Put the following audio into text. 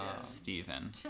Steven